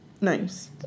Nice